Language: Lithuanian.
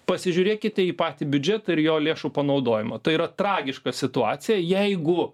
pasižiūrėkite į patį biudžetą ir jo lėšų panaudojimą tai yra tragiška situacija jeigu